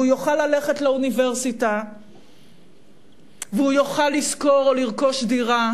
והוא יוכל ללכת לאוניברסיטה והוא יוכל לשכור או לרכוש דירה,